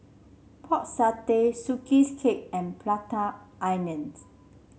Pork Satay Sugee 's Cake and Prata Onions